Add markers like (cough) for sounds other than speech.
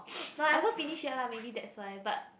(noise) no I haven't finish yet lah maybe that's why but